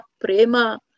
prema